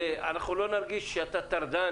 ואנחנו לא נרגיש שאתה טרדן